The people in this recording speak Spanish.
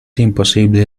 imposible